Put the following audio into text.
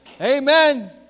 Amen